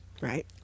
Right